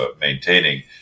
maintaining